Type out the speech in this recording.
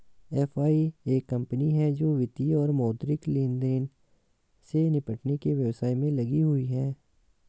FI एक company है जो वित्तीय और मौद्रिक लेनदेन से निपटने के व्यवसाय में लगी हुई है